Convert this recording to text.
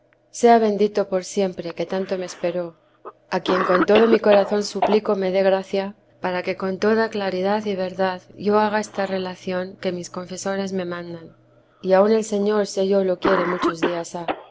sea bendito por siempre que tanto me esperó a quien con todo mi corazón suplico me dé gracia para que con toda claridad y verdad yo haga esta relación que mis confesores me mandan y aun el señor sé yo lo quiere muchos días ha